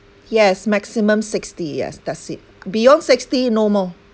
yes maximum sixty yes that's it beyond sixty no more